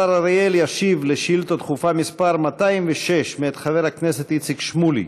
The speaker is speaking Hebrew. השר אריאל ישיב על שאילתה דחופה מס' 206 מאת חבר הכנסת איציק שמולי.